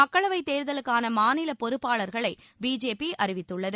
மக்களவைத் தேர்தலுக்கான மாநிலப் பொறுப்பாளர்களை பிஜேபி அறிவித்துள்ளது